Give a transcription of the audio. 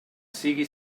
sigui